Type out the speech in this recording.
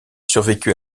survécut